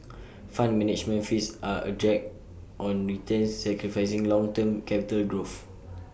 fund management fees are A drag on returns sacrificing long term capital growth